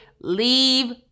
leave